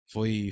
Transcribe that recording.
Foi